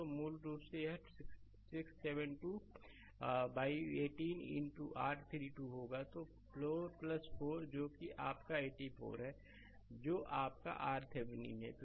तो मूल रूप से यह 67218 इनटू R32 होगा तो 4 4 जो कि आपका 8 4 है जो आपकाRThevenin है